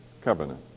covenant